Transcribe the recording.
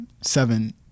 seven